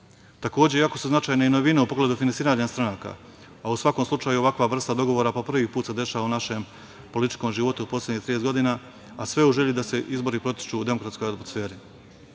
izbora. Takođe, jako su značajne i novine u pogledu finansiranja stranaka, a u svakom slučaju ovakva vrsta dogovora po prvi put se dešava u našem političkom životu u poslednjih 30 godina, a sve u želji da izbori protiču u demokratskoj atmosferi. Drugi